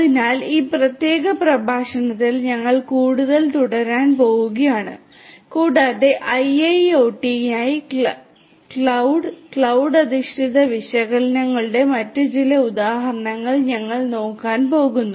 അതിനാൽ ഈ പ്രത്യേക പ്രഭാഷണത്തിൽ ഞങ്ങൾ കൂടുതൽ തുടരാൻ പോവുകയാണ് കൂടാതെ IIoT നായി ക്ലൌഡ് ക്ലൌഡ് അധിഷ്ഠിത വിശകലനങ്ങളുടെ മറ്റ് ചില ഉദാഹരണങ്ങൾ ഞങ്ങൾ നോക്കാൻ പോകുന്നു